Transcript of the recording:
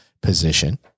position